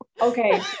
Okay